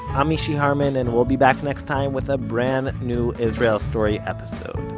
i'm mishy harman, and we'll be back next time with a brand new israel story episode.